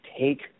take